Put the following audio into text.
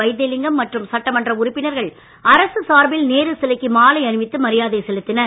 வைத்திலிங்கம் மற்றும் சட்டமன்ற உறுப்பினர்கள் அரசு சார்பில் நேரு சிலைக்கு மாலை அணிவித்து மரியாதை செலுத்தினர்